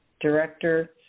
director